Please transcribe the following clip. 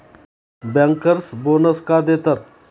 Bankers bonus का देतात?